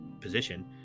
position